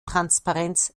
transparenz